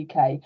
UK